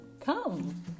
come